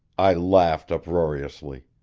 i laughed uproariously.